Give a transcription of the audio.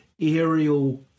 aerial